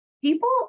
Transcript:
People